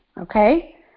Okay